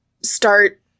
start